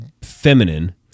feminine